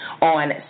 on